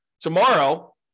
tomorrow